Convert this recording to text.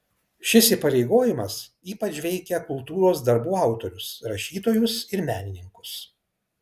šis įpareigojimas ypač veikia kultūros darbų autorius rašytojus ir menininkus